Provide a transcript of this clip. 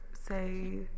say